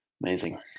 Amazing